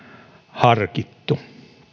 harkittu